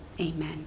Amen